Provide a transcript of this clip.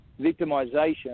victimization